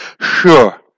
sure